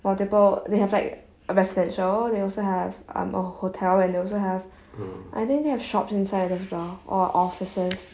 multiple they have like residential they also have um a hotel and they also have I think they have shops inside as well or offices